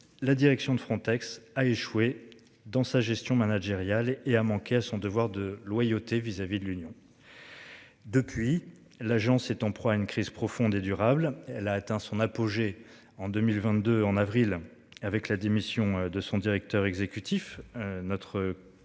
la direction de Frontex a échoué dans sa gestion managériale et a manqué à son devoir de loyauté vis-à-vis de l'Union. Depuis, l'agence est en proie à une crise profonde et durable. Elle a atteint son apogée en 2022 en avril avec la démission de son directeur exécutif notre